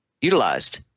utilized